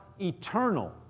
eternal